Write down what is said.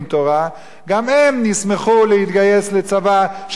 גם הם ישמחו להתגייס לצבא שאיננו חובה,